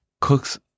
cooks